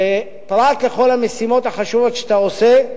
שפרט לכל המשימות החשובות שאתה עושה,